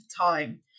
time